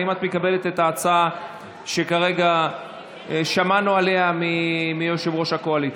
ואם את מקבלת את ההצעה שכרגע שמענו עליה מיושב-ראש הקואליציה.